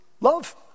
Love